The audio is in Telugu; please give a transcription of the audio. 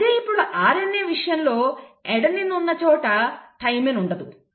అదే ఇప్పుడు RNA విషయంలో అడెనిన్ ఉన్న చోట థైమిన్ ఉండదు